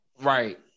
Right